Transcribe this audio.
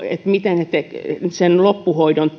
miten ne sen loppuhoidon